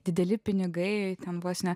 dideli pinigai ten vos ne